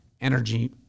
energy